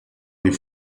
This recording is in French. des